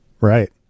Right